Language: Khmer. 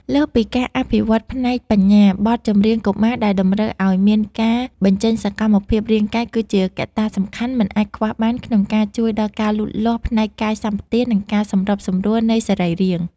លើសពីការអភិវឌ្ឍផ្នែកបញ្ញា បទចម្រៀងកុមារដែលតម្រូវឱ្យមានការបញ្ចេញសកម្មភាពរាងកាយ គឺជាកត្តាសំខាន់មិនអាចខ្វះបានក្នុងការជួយដល់ការលូតលាស់ផ្នែកកាយសម្បទា និងការសម្របសម្រួលនៃសរីរាង្គ។